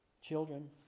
Children